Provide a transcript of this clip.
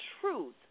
truth